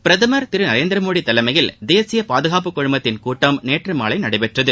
பிரதமர் திரு நரேந்திர மோடி தலைமையில் தேசிய பாதுகாப்புக்குழுமத்தின் கூட்டம் நேற்று மாலை நடைபெற்றது